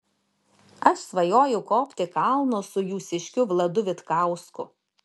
aš svajoju kopti į kalnus su jūsiškiu vladu vitkausku